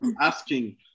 asking